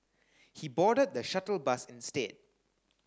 he boarded the shuttle bus instead